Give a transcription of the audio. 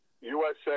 USA